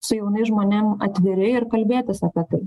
su jaunais žmonėm atviri ir kalbėtis apie tai